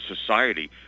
society